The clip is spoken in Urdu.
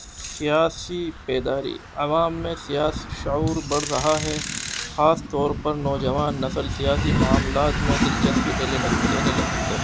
سیاسی بیداری عوام میں سیاسی شعور بڑھ رہا ہے خاص طور پر نوجوان نسل سیاسی معاملات میں دلچسپی لینے لگ لینے لگی ہے